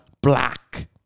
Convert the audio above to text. black